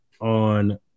on